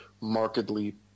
markedly